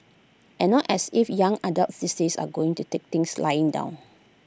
and not as if young adults these days are going to take things lying down